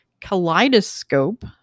Kaleidoscope